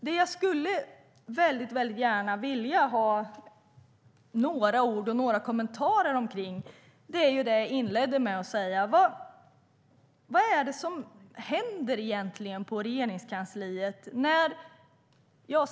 Det jag gärna skulle vilja ha några ord och kommentarer om är det jag inledde med: Vad är det egentligen som händer på Regeringskansliet?